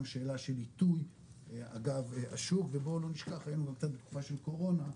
שאלה של עיתוי אגב השוק ובואו לא נשכח היתה גם תקופה של קורונה,